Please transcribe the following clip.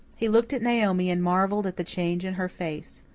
he looked at naomi and marvelled at the change in her face.